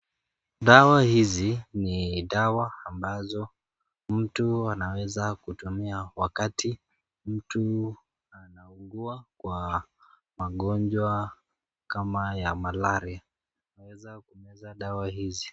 Dawa hizi ni dawa ambazo mtu anaweza kutumia wakati mtu anauguwa kwa magonjwa kama ya malaria unaweza kumeza dawa hizi.